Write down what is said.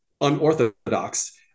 unorthodox